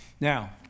Now